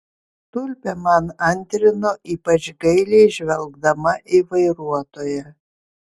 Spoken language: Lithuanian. tulpė man antrino ypač gailiai žvelgdama į vairuotoją